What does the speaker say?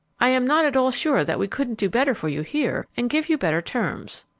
i am not at all sure that we couldn't do better for you here, and give you better terms.